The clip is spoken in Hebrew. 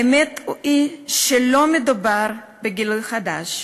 האמת היא שלא מדובר בגילוי חדש,